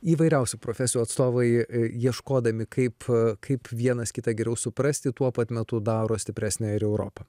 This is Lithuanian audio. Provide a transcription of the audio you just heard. įvairiausių profesijų atstovai ieškodami kaip kaip vienas kitą geriau suprasti tuo pat metu daro stipresnę ir europą